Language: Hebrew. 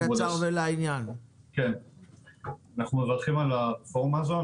אנחנו מברכים על הרפורמה הזאת.